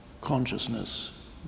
consciousness